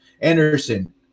Anderson